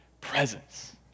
presence